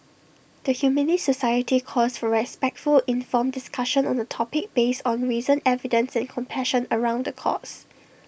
the Humanist society calls for respectful informed discussion on the topic based on reason evidence and compassion around the cause